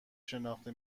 شناخته